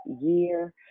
year